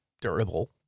durable